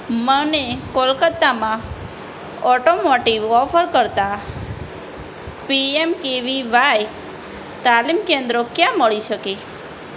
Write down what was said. મને કોલકત્તામાં automotive offer કરતા પીએમકેવીવાય તાલીમ કેન્દ્રો ક્યાં મળી શકે